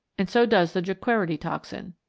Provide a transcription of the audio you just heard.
and so does the jequirity toxin.